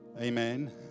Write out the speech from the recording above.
Amen